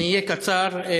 אהיה קצר.